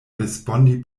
respondi